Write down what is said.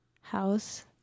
house